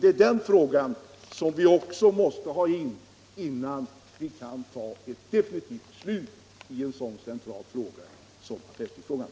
Den frågan måste vi få ett svar på innan vi kan ta ett definitivt beslut i en så central fråga som affärstidsfrågan.